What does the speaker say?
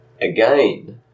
Again